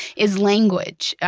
is language,